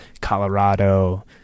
colorado